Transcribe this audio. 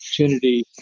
opportunity